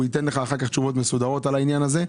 הוא ייתן לך אחר כך תשובות מסודרות בנושא הזה.